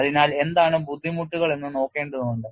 അതിനാൽ എന്താണ് ബുദ്ധിമുട്ടുകൾ എന്ന് നോക്കേണ്ടതുണ്ട്